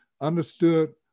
understood